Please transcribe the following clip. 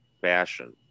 fashion